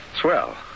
Swell